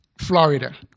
Florida